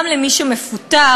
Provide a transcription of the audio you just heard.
גם למי שמפוטר,